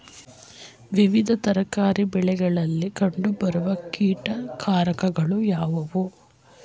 ವಿವಿಧ ತರಕಾರಿ ಬೆಳೆಗಳಲ್ಲಿ ಕಂಡು ಬರುವ ಕೀಟಕಾರಕಗಳು ಯಾವುವು?